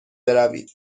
بروید